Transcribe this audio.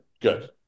Good